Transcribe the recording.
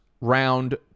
round